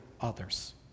others